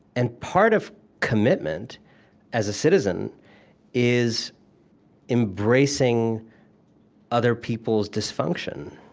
and part of commitment as a citizen is embracing other people's dysfunction,